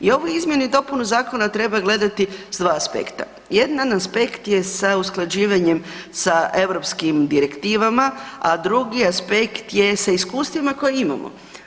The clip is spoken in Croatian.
I ovu izmjenu i dopunu zakona treba gledati s dva aspekta, jedan aspekt je sa usklađivanjem sa europskim direktivama, a drugi aspekt je sa iskustvima koje imamo.